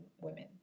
women